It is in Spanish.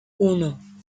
uno